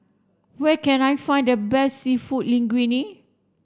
where can I find the best Seafood Linguine